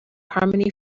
harmony